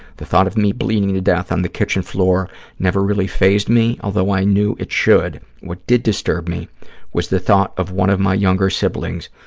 the thought of me bleeding to death on the kitchen floor never really fazed me, although i knew it should. what did disturb me was the thought of one of my younger siblings,